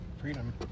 Freedom